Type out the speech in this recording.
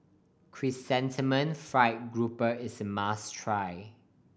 Chrysanthemum Fried Grouper is a must try